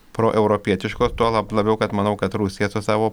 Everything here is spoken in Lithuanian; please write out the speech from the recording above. proeuropietiškos tuolab labiau kad manau kad rusija su savo